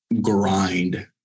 grind